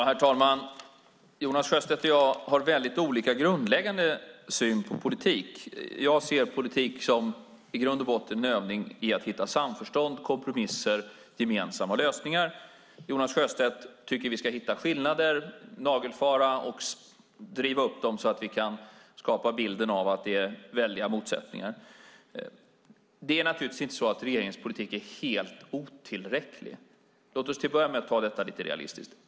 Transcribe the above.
Herr talman! Jonas Sjöstedt och jag har väldigt olika grundläggande syn på politik. Jag ser politik som en övning i att hitta samförstånd, kompromisser och gemensamma lösningar. Jonas Sjöstedt tycker att vi ska hitta skillnader, nagelfara och driva upp dem så att vi kan skapa bilden av att det finns väldiga motsättningar. Det är naturligtvis inte så att regeringens politik är helt otillräcklig. Låt oss till att börja med se detta lite realistiskt.